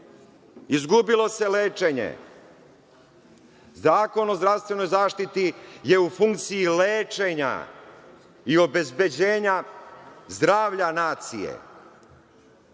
izgubilo se lečenje. Zakon o zdravstvenoj zaštiti je u funkciji lečenja i obezbeđenja zdravlja nacije. Idemo